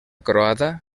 croada